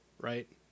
right